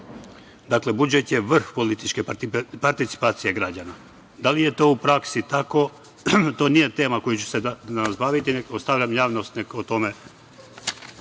Dakle, budžet je vrh političke participacije građana. Da li je to u praksi tako, to nije tema kojom ću se danas baviti, ostavljam javnosti nek o tome